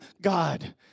God